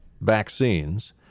vaccines